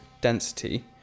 density